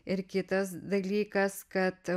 ir kitas dalykas kad